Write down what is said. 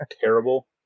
terrible